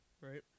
Right